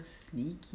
sneaky